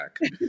back